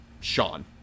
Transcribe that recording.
Sean